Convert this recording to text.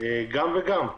גם וגם.